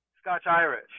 Scotch-Irish